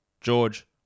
George